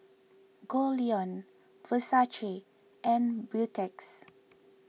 Goldlion and Beautex